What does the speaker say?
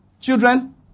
Children